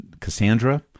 Cassandra